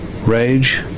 rage